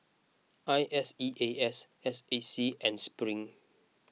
I S E A S S A C and Spring